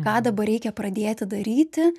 ką dabar reikia pradėti daryti